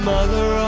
Mother